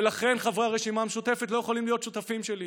ולכן חברי הרשימה המשותפת לא יכולים להיות שותפים שלי,